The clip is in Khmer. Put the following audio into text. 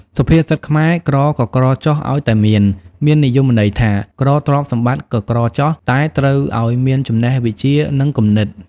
សុភាសិតខ្មែរ ក្រក៏ក្រចុះឲ្យតែមាន មាននិយមន័យថា ក្រទ្រព្យសម្បត្តិក៏ក្រចុះ តែត្រូវអោយមានចំណេះវិជ្ជា និងគំនិត ។